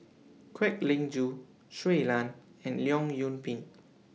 Kwek Leng Joo Shui Lan and Leong Yoon Pin